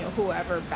whoever